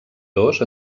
dos